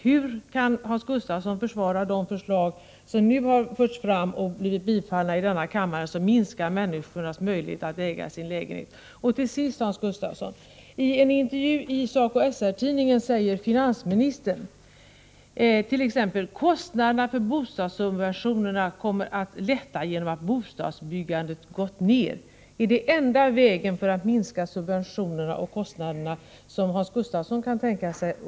Hur kan Hans Gustafsson försvara de förslag som bifallits av denna kammare och som minskar människors möjligheter att äga sin lägenhet? Till sist, Hans Gustafsson: I en intervju i SACO/SR-tidningen säger finansministern att kostnaderna för bostadssubventionerna kommer att minska på grund av att bostadsbyggandet har gått ner. Är det den enda väg för att minska dessa kostnader som Hans Gustafsson kan tänka sig?